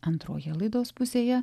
antroje laidos pusėje